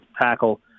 tackle